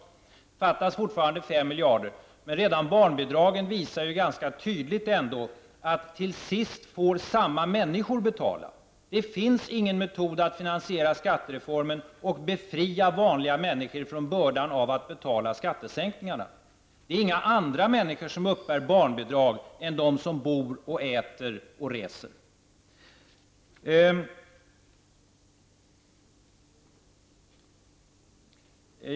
Det fattas fortfarande 5 miljarder, men redan barnbidragen visar ganska tydligt att det till sist blir det samma människor som får betala. Det finns ingen metod att finansiera skattereformen och befria vanliga människor från bördan att betala skattesänkningarna. Det är inga andra människor som uppbär barnbidrag än de som bor, äter och reser.